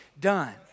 done